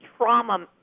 trauma